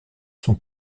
son